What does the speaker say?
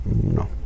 no